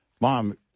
mom